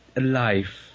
life